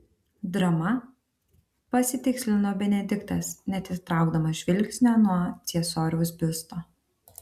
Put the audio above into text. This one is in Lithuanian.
drama pasitikslino benediktas neatitraukdamas žvilgsnio nuo ciesoriaus biusto